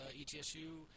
ETSU